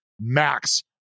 Max